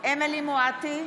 חיה מואטי,